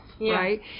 right